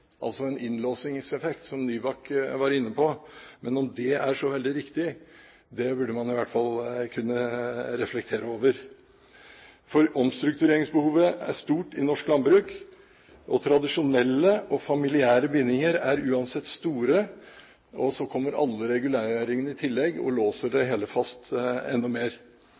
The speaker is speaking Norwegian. altså en innlåsingseffekt, som Nybakk var inne på. Men om det er så veldig riktig, burde man i hvert fall kunne reflektere over, for omstruktureringsbehovet er stort i norsk landbruk. Tradisjonelle og familiære bindinger er uansett store, og så kommer alle reguleringene i tillegg og låser det hele fast enda mer.